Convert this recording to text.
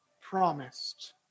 promised